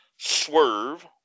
Swerve